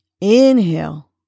Inhale